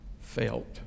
felt